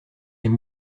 aime